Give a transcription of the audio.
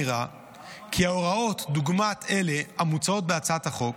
נראה כי הוראות דוגמת אלה המוצעות בהצעת החוק